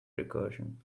recursion